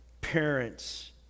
parents